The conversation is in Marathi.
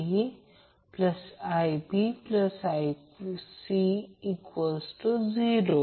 मला लिहू द्या म्हणजे याचा अर्थ आता Van अँगल 0°